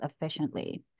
efficiently